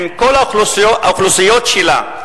עם כל האוכלוסיות שלה,